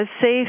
safe